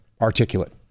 articulate